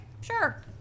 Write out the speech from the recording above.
sure